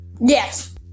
Yes